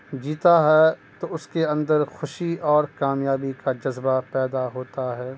جیتا ہے تو اس کے اندر خوشی اور کامیابی کا جذبہ پیدا ہوتا ہے